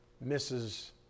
misses